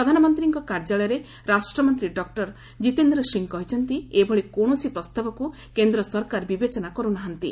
ପ୍ରଧାନମନ୍ତ୍ରୀଙ୍କ କାର୍ଯ୍ୟାଳୟରେ ରାଷ୍ଟ୍ରମନ୍ତ୍ରୀ ଡକ୍କର କିତେନ୍ଦ୍ର ସିଂହ କହିଛନ୍ତି ଏଭଳି କୌଣସି ପ୍ରସ୍ତାବକୁ କେନ୍ଦ୍ର ସରକାର ବିବେଚନା କରୁନାହାନ୍ତି